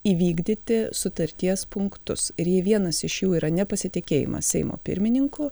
įvykdyti sutarties punktus ir jei vienas iš jų yra nepasitikėjimas seimo pirmininku